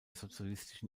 sozialistischen